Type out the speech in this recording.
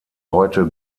heute